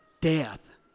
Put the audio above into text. Death